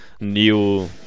new